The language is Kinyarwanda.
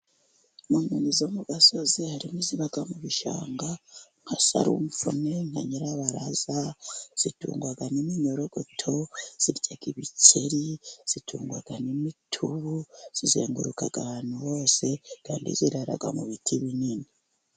Mu nyoni zo mu gasozi harimo iziba mu bishanga nka sarumvune na nyirabaraza, zitungwa n'iminyorogoto, zirya ibikeri, zitungwa n'imitubu zizenguruka ahantu hose kandi zirara mu biti binini.